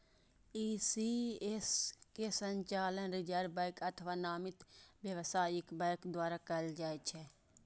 ECS के संचालन reserve bank अथवा नामित व्यावसायिक बैंक द्वारा कैल जाइ छै